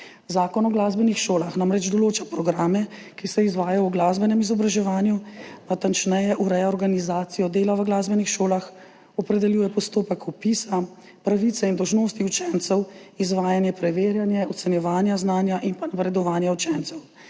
Zakon o glasbenih šolah namreč določa programe, ki se izvajajo v glasbenem izobraževanju, natančneje ureja organizacijo dela v glasbenih šolah, opredeljuje postopek vpisa, pravice in dolžnosti učencev, izvajanje preverjanje ocenjevanja znanja in napredovanja učencev,